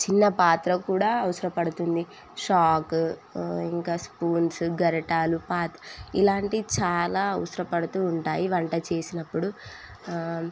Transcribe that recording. చిన్న పాత్ర కూడా అవసరపడుతుంది చాకు ఇంకా స్పూన్సు గరిటెలు పాత్రలు ఇలాంటి చాలా అవసరం పడుతూ ఉంటాయి వంట చేసినప్పుడు